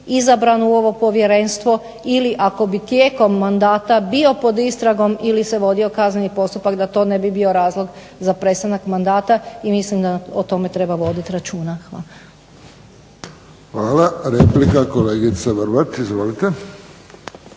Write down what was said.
izabran u ovo povjerenstvo ili ako bi tijekom mandata bio pod istragom ili se vodio kazneni postupak da to ne bi bio razlog za prestanak mandata i mislim da o tome treba voditi računa. Hvala. **Friščić, Josip (HSS)** Hvala. Replika kolegica Vrbat. Izvolite.